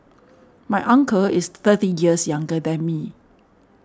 my uncle is thirty years younger than me